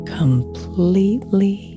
completely